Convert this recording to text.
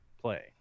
Play